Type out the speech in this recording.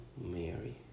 Mary